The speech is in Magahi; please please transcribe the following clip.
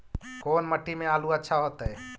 कोन मट्टी में आलु अच्छा होतै?